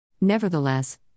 Nevertheless